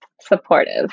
Supportive